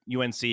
unc